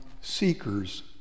seekers